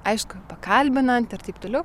aišku pakalbinant ir taip toliau